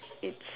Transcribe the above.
it's